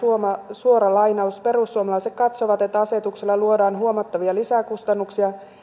suora lainaus perussuomalaiset katsovat että asetuksella luodaan huomattavia lisäkustannuksia